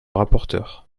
rapporteur